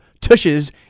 tushes